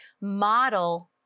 model